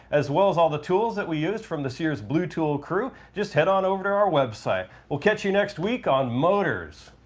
as well as all the tools that we used from the sears blue tool crew, just head on over to our website. we'll catch you next week on motorz.